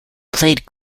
played